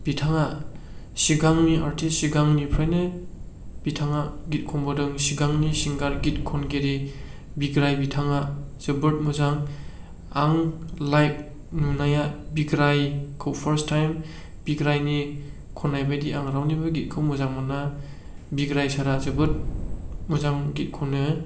बिथाङा सिगांनि आरटिस्ट सिगांनिफ्रायनो बिथाङा गित खनबोदों सिगांनि सिंगार गित खनगिरि बिग्राइ बिथाङा जोबोद मोजां आं लाइभ नुनाया बिग्राइखौ फार्स्ट टाइम बिग्रायनि खननायबायदि आं रावनिबो गितखौ आं मोजां मोना बिग्राइ सारा जोबोद मोजां गित खनो